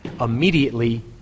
Immediately